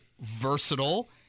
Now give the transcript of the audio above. versatile